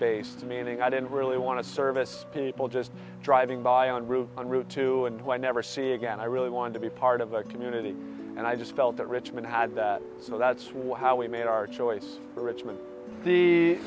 based meaning i didn't really want to service people just driving by on route on route two and i never see again i really wanted to be part of the community and i just felt that richmond had that so that's why we made our choice for richmond the